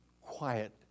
quiet